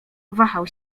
wahał